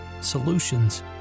solutions